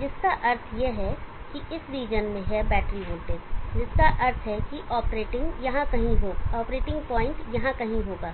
जिसका अर्थ है कि यह इस रीजन में है बैटरी वोल्टेज जिसका अर्थ है कि ऑपरेटिंग पॉइंट यहां कहीं होगा